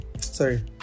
Sorry